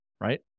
right